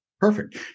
Perfect